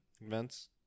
Events